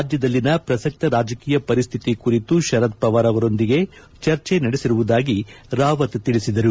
ರಾಜ್ಲದಲ್ಲಿನ ಪ್ರಸಕ್ತ ರಾಜಕೀಯ ಪರಿಸ್ಥಿತಿ ಕುರಿತು ಶರದ್ ಪವಾರ್ ಅವರೊಂದಿಗೆ ಚರ್ಚೆ ನಡೆಸಿರುವುದಾಗಿ ರಾವತ್ ತಿಳಿಸಿದ್ದಾರೆ